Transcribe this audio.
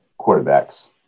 quarterbacks